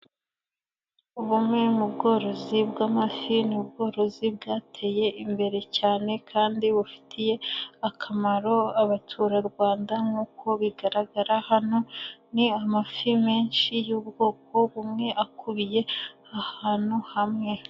Ubumwe mu bworozi bw'amafi ni ubworozi bwateye imbere cyane kandi bufitiye, akamaro abaturarwanda nkuko bigaragara hano, ni amafi menshi y'ubwoko bumwe akubiye, ahantu hamwe.